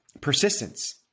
persistence